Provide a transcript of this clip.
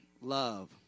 love